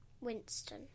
Winston